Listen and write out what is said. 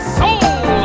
soul